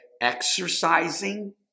Exercising